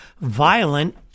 violent